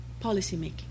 policymaking